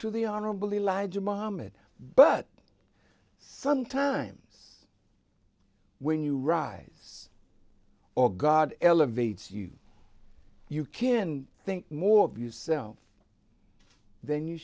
the honorable elijah muhammad but sometimes when you rise or god elevates you you can think more of yourself then you